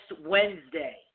Wednesday